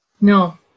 No